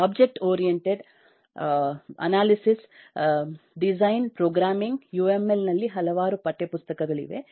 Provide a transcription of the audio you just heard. object oriented analysis design programming U M L ನಲ್ಲಿ ಹಲವಾರು ಪಠ್ಯ ಪುಸ್ತಕಗಳಿವೆ